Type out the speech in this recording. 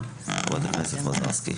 חברת הכנסת מזרסקי.